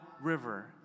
River